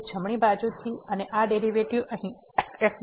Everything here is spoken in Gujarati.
તો જમણી બાજુથી અને આ ડેરીવેટીવ અહીં fg